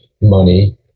money